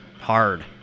Hard